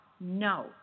no